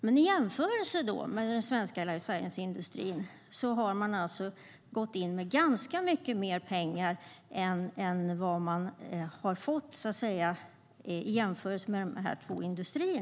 Men vid en jämförelse med den svenska life science-industrin kan det sägas att man har gått in med ganska mycket mer pengar än man fått.